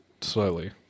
slowly